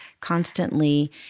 constantly